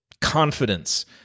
confidence